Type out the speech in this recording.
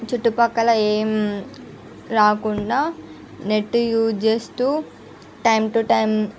చుట్టుపక్కల ఏమి రాకుండా నెట్ యూస్ చేస్తూ టైం టు టైం